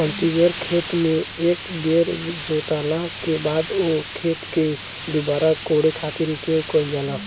cultivator खेत से एक बेर जोतला के बाद ओ खेत के दुबारा कोड़े खातिर उपयोग कईल जाला